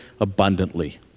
abundantly